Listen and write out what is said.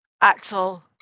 Axel